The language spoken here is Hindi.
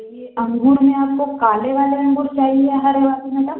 ये अंगूर में आपको काले वाले अंगूर चाहिए या हरे वाले मेडम